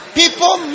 people